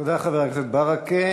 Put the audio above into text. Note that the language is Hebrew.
תודה, חבר הכנסת ברכה.